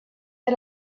had